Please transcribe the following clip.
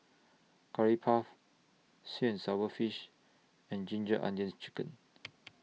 Curry Puff Sweet and Sour Fish and Ginger Onions Chicken